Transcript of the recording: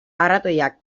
arratoiak